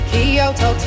Kyoto